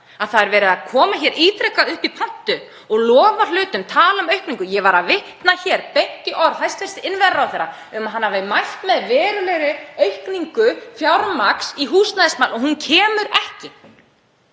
að ítrekað er verið að koma upp í pontu og lofa hlutum, tala um aukningu. Ég var að vitna hér beint í orð hæstv. innviðaráðherra um að hann hefði mælt með verulegri aukningu fjármagns í húsnæðismál og hún kemur ekki.